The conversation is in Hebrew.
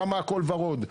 שם הכל ורוד,